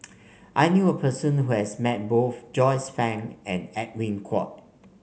I knew a person who has met both Joyce Fan and Edwin Koek